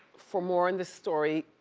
for more on this story,